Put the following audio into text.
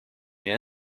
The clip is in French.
mais